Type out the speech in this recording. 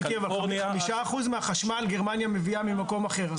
תשעה אחוז מהחשמל גרמניה מביאה ממקום אחר,